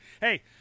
Hey